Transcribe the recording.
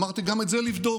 אמרתי גם את זה לבדוק,